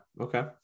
Okay